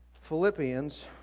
Philippians